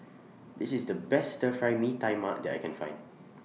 This IS The Best Stir Fry Mee Tai Mak that I Can Find